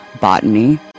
botany